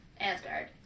Asgard